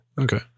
Okay